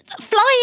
Flying